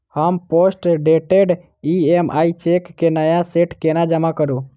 हम postdated EMI cheque केँ नया सेट केना जमा करू?